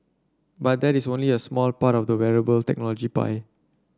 but that is only a smart part of the wearable technology pie